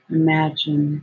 imagine